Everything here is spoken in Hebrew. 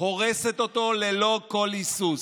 הורסת אותו ללא כל היסוס.